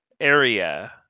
area